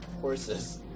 horses